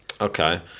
Okay